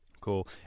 cool